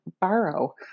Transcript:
borrow